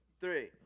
three